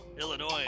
Illinois